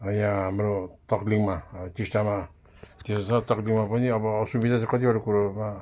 यहाँ हाम्रो टक्लिङमा टिस्टामा के भन्छ टक्लिङमा पनि अब असुविधा चाहिँ कतिवटा कुरोहरूमा